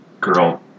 girl